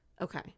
Okay